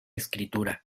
escritura